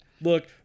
Look